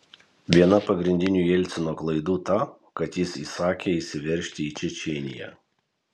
viena pagrindinių jelcino klaidų ta kad jis įsakė įsiveržti į čečėniją